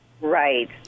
right